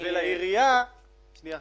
זה לעסקים.